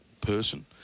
person